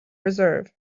reserve